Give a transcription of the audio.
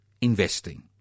investing